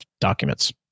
documents